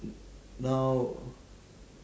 now